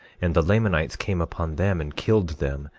and the lamanites came upon them and killed them,